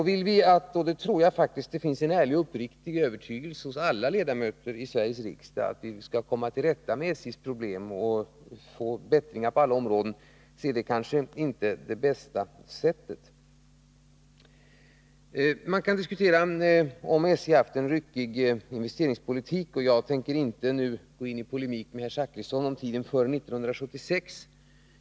Vill vi — och jag tror faktiskt att det finns ärlig övertygelse hos alla ledamöter av Sveriges riksdag — komma till rätta med SJ:s problem och få till stånd förbättringar på alla områden, så är kanske inte ryktesspridning det Nr 13 bästa sättet. Torsdagen den Man kan diskutera om SJ har haft en riktig investeringspolitik. Jag tänker 23 oktober 1980 inte nu gå in i polemik med herr Zachrisson om tiden före 1976.